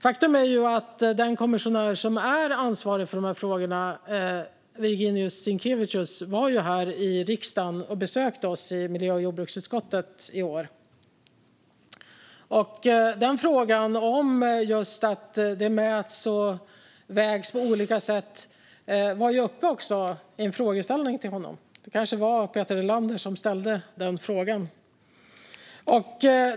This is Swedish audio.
Faktum är att den kommissionär som är ansvarig för de här frågorna, Virginijus Sinkevicius, var här i riksdagen och besökte oss i miljö och jordbruksutskottet i år. Frågan om att det mäts och vägs på olika sätt var uppe i en frågeställning till honom. Det kanske var Peter Helander som ställde den frågan.